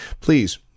please